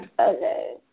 Okay